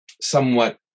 somewhat